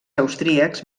austríacs